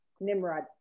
Nimrod